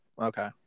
Okay